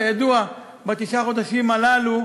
כידוע, בתשעת החודשים הללו,